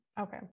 Okay